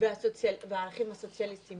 והערכים הסוציאליסטיים.